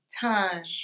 time